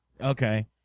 Okay